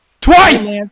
Twice